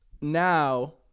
Now